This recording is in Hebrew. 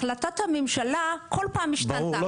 החלטת הממשלה כל פעם משתנה --- ברור,